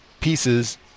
pieces